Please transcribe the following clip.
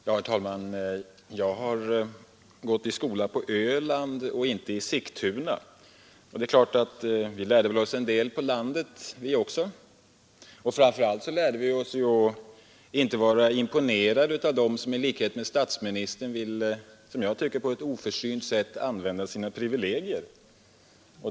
Herr talman! Jag har gått i skola på Öland och inte i Sigtuna. Det är klart att vi lärde oss väl en del på landet också, och framför allt lärde vi oss att inte vara imponerade av dem som i likhet med statsministern vill — som jag tycker på ett oförsynt sätt — använda sina privilegier.